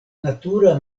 natura